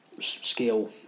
scale